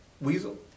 Weasel